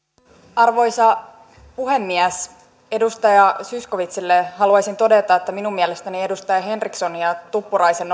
arvoisa puhemies edustaja zyskowiczille haluaisin todeta että minun mielestäni edustaja henrikssonin ja tuppuraisen